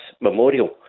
memorial